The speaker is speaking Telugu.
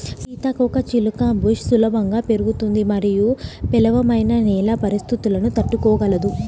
సీతాకోకచిలుక బుష్ సులభంగా పెరుగుతుంది మరియు పేలవమైన నేల పరిస్థితులను తట్టుకోగలదు